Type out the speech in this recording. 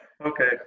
Okay